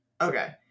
Okay